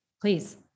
Please